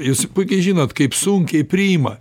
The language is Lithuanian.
jūs puikiai žinot kaip sunkiai priima